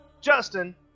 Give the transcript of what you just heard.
Justin